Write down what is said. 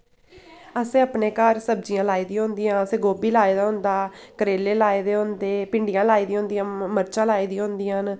असें अपने घर सब्जियां लाई दि'यां होंदियां असें गोभी लाए दा होंदा करेले लाए दे होंदे भिंडियां लाई दियां होंदियां म मरचां लाई दियां होंदियां न